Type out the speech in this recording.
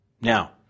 Now